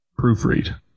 proofread